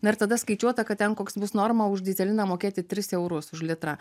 na ir tada skaičiuota kad ten koks bus norma už dyzeliną mokėti tris eurus už litrą